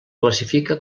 classifica